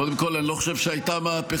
קודם כול, אני לא חושב שהייתה מהפכה.